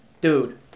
dude